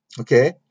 Okay